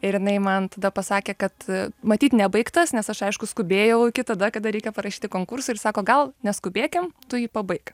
ir jinai man tada pasakė kad matyt nebaigtas nes aš aišku skubėjau iki tada kada reikia parašyti konkursui ir sako gal neskubėkim tu jį pabaik